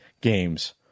games